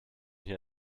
hier